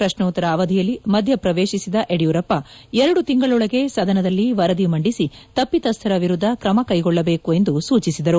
ಪ್ರಶ್ನೋತ್ತರ ಅವಧಿಯಲ್ಲಿ ಮಧ್ಯ ಪ್ರವೇಶಿಸಿದ ಯಡಿಯೂರಪ್ಪ ಎರಡು ತಿಂಗಳೊಳಗೆ ಸದನದಲ್ಲಿ ವರದಿ ಮಂಡಿಸಿ ತಪ್ಪಿತಸ್ದರ ವಿರುದ್ದ ಕ್ರಮ ಕೈಗೊಳ್ಳಬೇಕು ಎಂದು ಅವರು ಸೂಚಿಸಿದರು